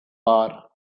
bar